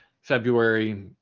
February